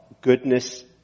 goodness